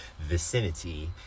vicinity